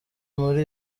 muri